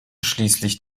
schließlich